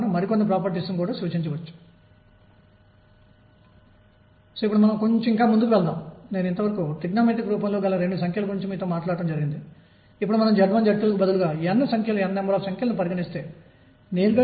కాబట్టి నేను దీనిని అంచనా వేసినప్పుడు నేను p 2mE m22x2 ను కలిగి ఉన్నాను